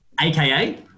aka